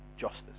justice